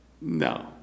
No